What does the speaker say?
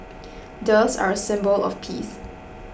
doves are a symbol of peace